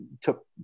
took